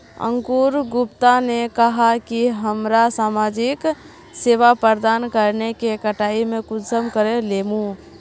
अंकूर गुप्ता ने कहाँ की हमरा समाजिक सेवा प्रदान करने के कटाई में कुंसम करे लेमु?